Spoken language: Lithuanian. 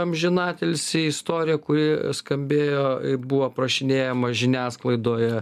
amžinatilsį istorija kuri skambėjo buvo aprašinėjama žiniasklaidoje tebeskamba remigijaus